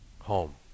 home